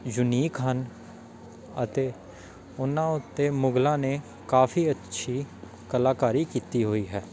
unique ਹਨ ਅਤੇ ਉਹਨਾਂ ਉੱਤੇ ਮੁਗਲਾਂ ਨੇ ਕਾਫ਼ੀ ਅੱਛੀ ਕਲਾਕਾਰੀ ਕੀਤੀ ਹੋਈ ਹੈ